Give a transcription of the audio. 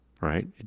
right